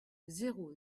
zéro